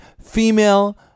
female